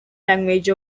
language